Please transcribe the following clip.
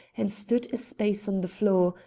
and stood a space on the floor,